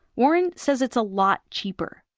warren says it's a lot cheaper.